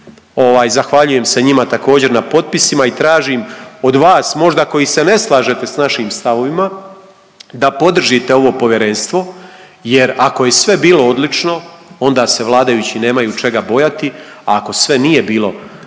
zahvaljujem se njima također na potpisima i tražim od vas možda koji se ne slažete s našim stavovima da podržite ovo povjerenstvo, jer ako je sve bilo odlično onda se vladajući nemaju čega bojati, a ako sve nije bilo tako